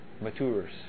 matures